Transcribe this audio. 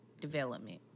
development